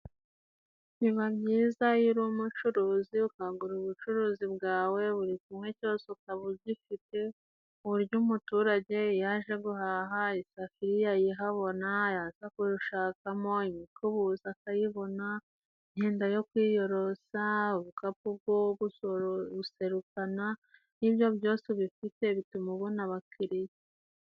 Biba byiza iyo uri umucuruzi, ukagura ubucuruzi bwawe buri kimwe cyose ukaba ugifite kuburyo umuturage iyo aje guhaha isafuriya ayihabona, yaza gushakamo imikubuzo akayibona, imyenda yo kwiyorosa, ubukapu bwo guserukana, iyo ibyo byose ubifite bituma ubona abakiriya.